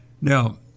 Now